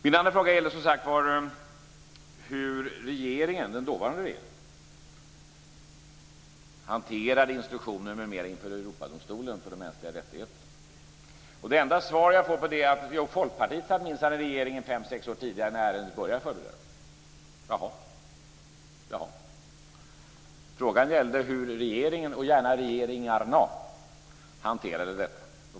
Min andra fråga gällde hur den dåvarande regeringen hanterade instruktioner m.m. inför Europadomstolen för de mänskliga rättigheterna. Det enda svar jag får på det är att Folkpartiet minsann satt i regeringen fem sex år tidigare när ärendet började förberedas. Jaha. Frågan gällde hur regeringen, och gärna regeringarna, hanterade detta.